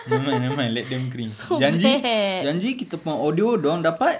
never mind never mind let them cringe janji janji kita punya audio dorang dapat